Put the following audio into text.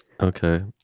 Okay